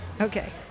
Okay